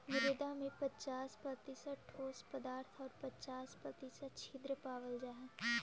मृदा में पच्चास प्रतिशत ठोस पदार्थ आउ पच्चास प्रतिशत छिद्र पावल जा हइ